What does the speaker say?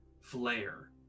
flare